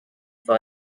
for